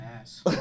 ass